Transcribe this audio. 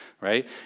right